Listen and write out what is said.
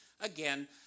again